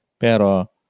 Pero